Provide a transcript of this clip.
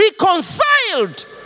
Reconciled